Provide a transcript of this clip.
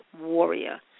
warrior